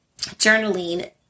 journaling